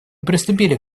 приступили